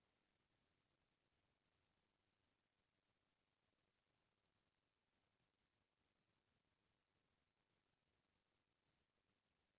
सरकार के बांड लेहे म अउ सरकारी बेंक म पइसा जमा करे म कोनों भी परकार के बियाज दर म जोखिम नइ रहय